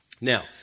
Now